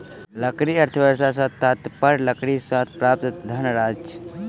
लकड़ी अर्थव्यवस्था सॅ तात्पर्य लकड़ीसँ प्राप्त धन अछि